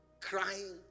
crying